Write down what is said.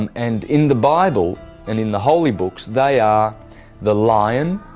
um and in the bible and in the holly books, they are the lion,